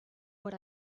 what